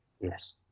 yes